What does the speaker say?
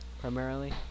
primarily